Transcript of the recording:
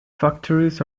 factories